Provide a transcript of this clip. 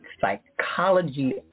psychology